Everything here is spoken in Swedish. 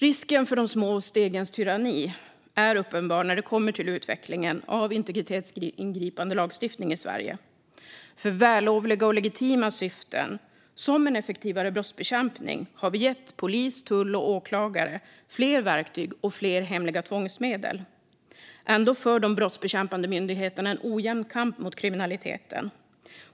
Risken för de små stegens tyranni är uppenbar när det kommer till utvecklingen av integritetsingripande lagstiftning i Sverige. För vällovliga och legitima syften som en effektivare brottsbekämpning har vi gett polis, tull och åklagare fler verktyg och fler hemliga tvångsmedel. Ändå för de brottsbekämpande myndigheterna en ojämn kamp mot kriminaliteten,